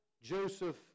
Joseph